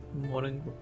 morning